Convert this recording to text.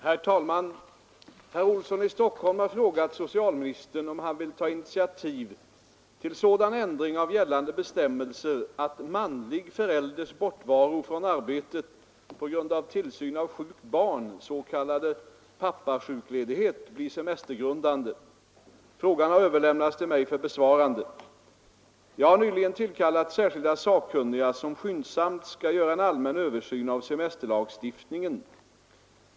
Herr talman! Herr Olsson i Stockholm har frågat socialministern om han vill ta initiativ till sådan ändring av gällande bestämmelser, att manlig förälders bortovaro från arbetet på grund av tillsyn av sjukt barn, s.k. pappasjukledighet, blir semestergrundande. Frågan har överlämnats till mig för besvarande. Jag har nyligen tillkallat särskilda sakkunniga som skyndsamt skall göra en allmän översyn av semesterlagstiftningen.